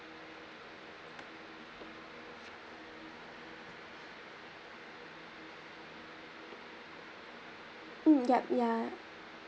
mm yup ya